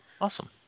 Awesome